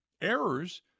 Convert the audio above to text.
errors